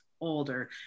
older